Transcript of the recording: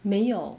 没有